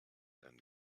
and